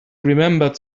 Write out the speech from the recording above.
remembered